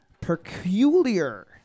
peculiar